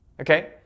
okay